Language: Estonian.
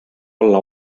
alla